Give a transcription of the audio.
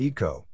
Eco